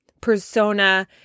persona